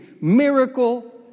Miracle